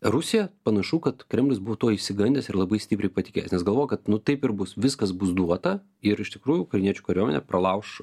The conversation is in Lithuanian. rusija panašu kad kremlius buvo tuo išsigandęs ir labai stipriai patikėjęs nes galvoju kad nu taip ir bus viskas bus duota ir iš tikrųjų ukrainiečių kariuomenė pralauš